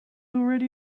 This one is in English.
already